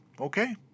okay